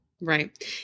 Right